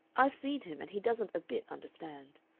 i've seen him, and he doesn't a bit understand.